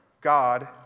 God